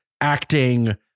acting